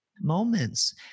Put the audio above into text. moments